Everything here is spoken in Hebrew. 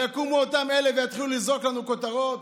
ויקומו אותם אלה ויתחילו לזרוק לנו כותרות: